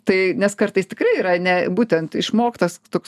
tai nes kartais tikrai yra ne būtent išmoktas toks